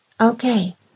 Okay